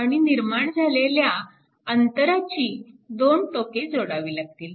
आणि निर्माण झालेल्या अंतराची दोन टोके जोडावी लागतील